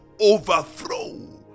overthrow